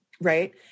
right